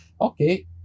Okay